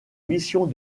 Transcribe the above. missions